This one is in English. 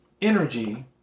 energy